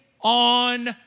on